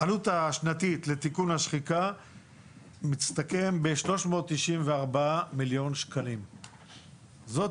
לתיקון השחיקה מסתכם בכ-349 מיליון ₪ זאת